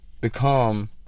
become